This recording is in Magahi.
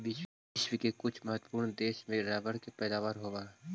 विश्व के कुछ बहुत महत्त्वपूर्ण देश में रबर के पैदावार होवऽ हइ